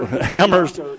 Hammers